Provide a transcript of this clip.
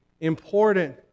important